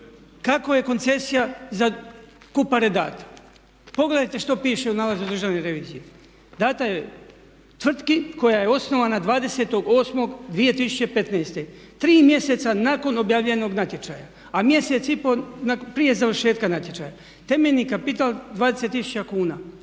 kako je koncesija za Kupare dana. Pogledajte što piše u nalazu Državne revizije. Dana je tvrtki koja je osnovana 20.8.2015. 3 mjeseca nakon objavljenog natječaja, a mjesec i pol prije završetka natječaja. Temeljni kapital 20000 kuna.